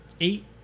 eight